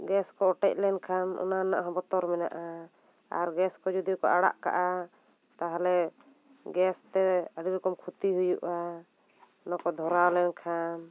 gas ᱠᱚ ᱚᱴᱮᱡ ᱞᱮᱱ ᱠᱷᱟᱱ ᱚᱱᱟ ᱨᱮᱱᱟᱜ ᱦᱚᱸ ᱵᱚᱛᱚᱨ ᱢᱮᱱᱟᱜ ᱟ ᱟᱨ ᱜᱮᱥ ᱠᱚ ᱡᱩᱫᱤ ᱠᱚ ᱟᱲᱟᱜ ᱠᱟᱜ ᱟ ᱛᱟᱦᱞᱮ ᱜᱮᱥ ᱛᱮ ᱟᱹᱰᱤ ᱨᱚᱠᱚᱢ ᱠᱷᱚᱛᱤ ᱦᱩᱭᱩᱜ ᱟ ᱞᱚᱠᱚ ᱫᱷᱚᱨᱟᱣ ᱞᱮᱱ ᱠᱷᱟᱱ